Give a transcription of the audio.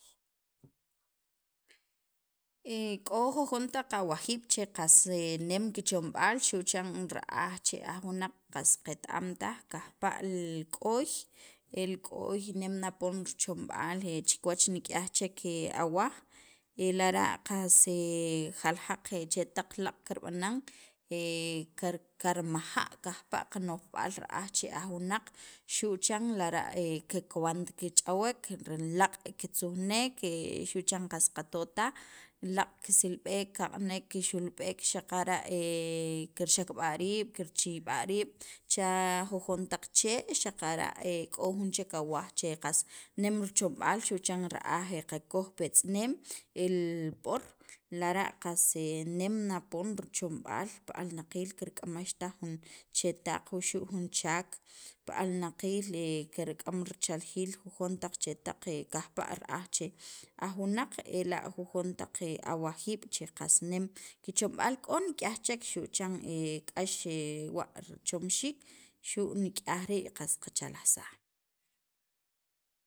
k'o jujon taq awajiib' che qas nem kichomb'al xu' chan ra'aj aj wunaq qas qet- am taj kajpa' li k'oy, el k'oy nem na poon richomb'aal chi kiwach nik'yaj chek awaj e lara' qas jaljaq chetaq laaq' kirb'anan, karmaja' kajpa' qano'jb'aal ra'aj che aj wunaq xu' chan lara' kekawant kich'awek laaq' kitzujnek xu' chan qas qato taj laaq' kisilb'ek, kaq'anek kixulb'ek xaqara' kirxakb'a' riib' kirch'iyb'a' riib' cha jujon taq chee', xaqara' k'o jun chek awaj qas nem richomb'aal xu' chan ra'aj qakoj pi etz'eneem, ra'aj qakoj pi etz'eneem el b'oor, lara' qas e nem na poon richomb'aal pi alnaqiil kirk'amaxtaj jun chetaq wuxu' jun chaak pi alnaqiil kirk'am richaljiil jujon taq chetaq kajpa' ra'aj che aj wunaq ela' jujon taq awajiib' che qas nem kichomb'aal xu' chan k'ax wa' richomxiik xu' nik'yaj rii' qas qachalajsaj.